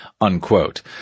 unquote